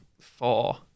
four